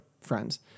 friends